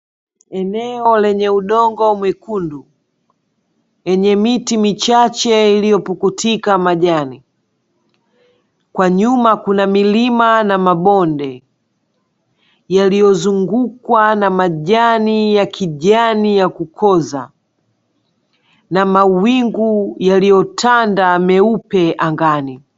Eneo lenye udongo mwekundu yenye miti michache iliyopukutika majani, kwa nyuma kuna milima na mabonde yaliyozungukwa na majani ya kijani ya kukosa na mawingu yaliyotanda meupe angani.